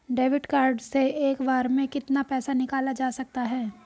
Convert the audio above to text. Debit card से एक बार में कितना पैसा निकाला जा सकता है?